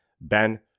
Ben